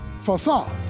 facade